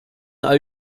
all